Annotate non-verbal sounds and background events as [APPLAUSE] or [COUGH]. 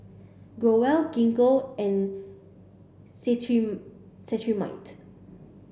Growell Gingko and [UNINTELLIGIBLE] Cetrimide